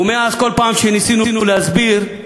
ומאז, כל פעם שניסינו להסביר,